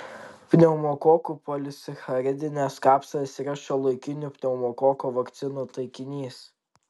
pneumokokų polisacharidinės kapsulės yra šiuolaikinių pneumokoko vakcinų taikinys